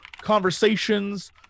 conversations